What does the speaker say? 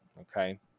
Okay